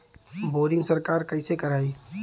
Boring सरकार कईसे करायी?